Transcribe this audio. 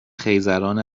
خیزران